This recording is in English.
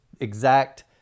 exact